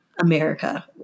America